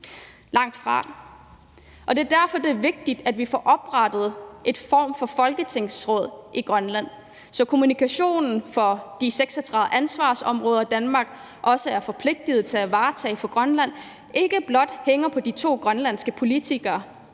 langt fra. Det er derfor, det er vigtigt, at vi får oprettet en form for folketingsråd i Grønland, så kommunikationen i forhold til de 36 ansvarsområder, som Danmark er forpligtet til at varetage for Grønland, ikke blot hænger på de to grønlandske politikere,